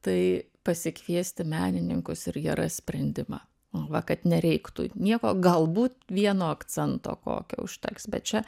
tai pasikviesti menininkus ir jie ras sprendimą nu va kad nereiktų nieko galbūt vieno akcento kokio užteks bet čia